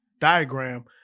diagram